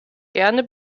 gerne